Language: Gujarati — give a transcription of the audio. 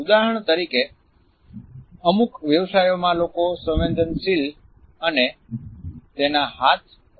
ઉદાહરણ તરીકે અમુક વ્યવસાયોમાં લોકો સંવેદનશીલ અને તેના હાથ ખૂબ સંવેદનશીલ હોય છે